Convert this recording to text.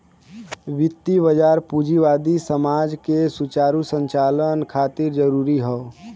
वित्तीय बाजार पूंजीवादी समाज के सुचारू संचालन खातिर जरूरी हौ